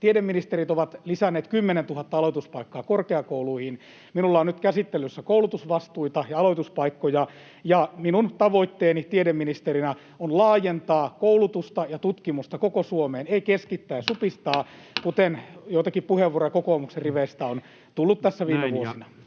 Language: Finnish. tiedeministerit ovat lisänneet 10 000 aloituspaikkaa korkeakouluihin. Minulla on nyt käsittelyssä koulutusvastuita ja aloituspaikkoja, ja minun tavoitteeni tiedeministerinä on laajentaa koulutusta ja tutkimusta koko Suomeen, ei keskittää ja supistaa, kuten joitakin puheenvuoroja kokoomuksen riveistä on tullut tässä viime vuosina.